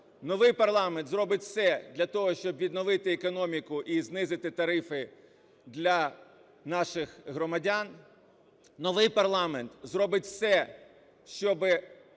Новий парламент зробить все для того, щоб відновити економіку і знизити тарифи для наших громадян. Новий парламент зробить все, щоб